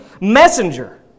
messenger